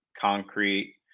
concrete